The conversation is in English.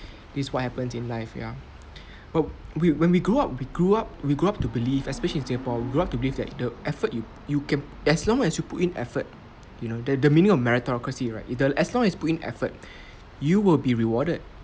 it's what happens in life ya but we when we grew up we grew up we grew up to believe especially in singapore we grew up to believe that the effort you you can as long as you put in effort you know the the meaning of meritocracy right either as long as you put in effort you will be rewarded